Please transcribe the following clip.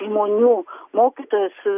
žmonių mokytojas